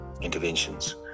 interventions